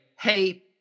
Hey